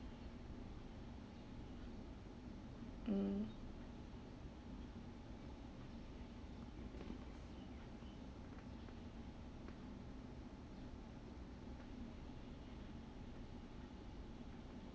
mm